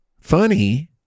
funny